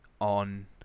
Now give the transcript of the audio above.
on